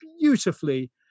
beautifully